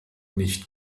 nicht